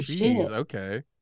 okay